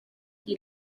you